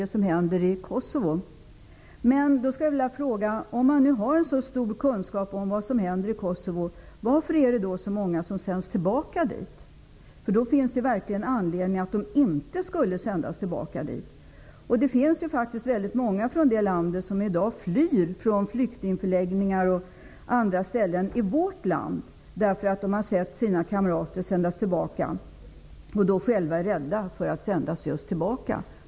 Då skulle jag vilja fråga: Om vi har så stor kunskap, varför skickas så många tillbaka dit? Nu finns det verkligen anledning att inte skicka några tillbaka dit. Det finns väldigt många från det landet som i dag flyr från flyktingförläggningar i vårt land därför att de har sett sina kamrater sändas tillbaka och själva är rädda för det.